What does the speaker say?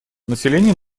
население